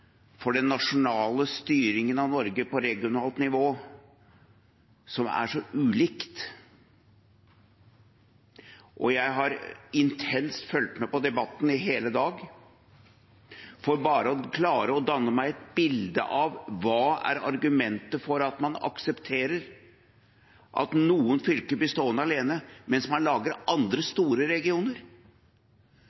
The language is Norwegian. for den nasjonale styringen av Norge på regionalt nivå som er så ulikt. Jeg har intenst fulgt med på debatten i hele dag for bare å klare å danne meg et bilde av hva som er argumentet for at man aksepterer at noen fylker blir stående alene, mens man lager andre